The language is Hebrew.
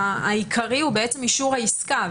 והעיקרי הוא בעצם אישור העסקה.